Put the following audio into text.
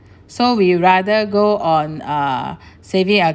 so we rather go on uh saving